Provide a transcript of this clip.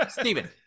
Stephen